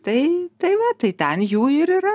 tai tai va tai ten jų ir yra